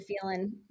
feeling